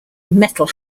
metal